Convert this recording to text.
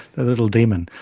the little demon.